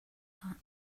that